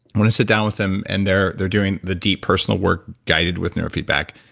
when i sit down with them and they're they're doing the deep personal work guided with neurofeedback,